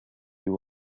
you